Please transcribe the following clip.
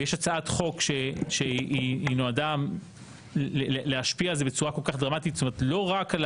ויש הצעת חוק שהיא נועדה להשפיע בצורה כל כך דרמטית לא רק על